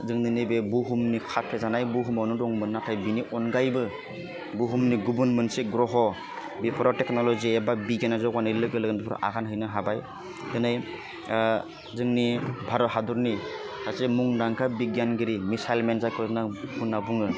जोंनि नैबे बुहुमनि खाथेजानाय बुहुमावनो दंमोन नाथाय बिनि अनगायैबो बुहुमनि गुबुन मोनसे ग्रह बेफोराव टेक्न'लजि एबा बिगियाना जौगानाय लोगो लोगो बेफाराव आगान हैनो हाबाय दिनै जोंनि भारत हादरनि सासे मुंदांखा बिगियानगिरि मिसाइलमेन जायखौ होनना होनना बुङो